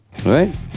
Right